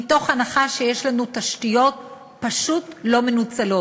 מתוך הנחה שיש לנו תשתיות פשוט לא מנוצלות.